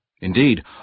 Indeed